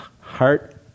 heart